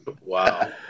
wow